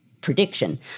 prediction